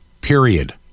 Period